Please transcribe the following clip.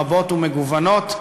רבות ומגוונות,